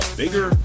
bigger